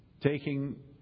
taking